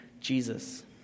Jesus